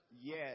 yes